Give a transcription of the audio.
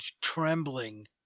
trembling